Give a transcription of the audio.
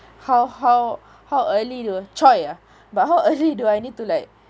how how how early do choy ah but how early do I need to like